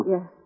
Yes